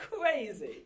crazy